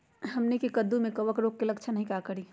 हमनी के कददु में कवक रोग के लक्षण हई का करी?